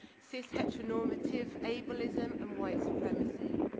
cis heteronormative, ableism, and white supremacy.